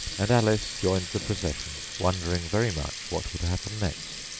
and alice joined the procession, wondering very much what would happen next.